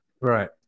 Right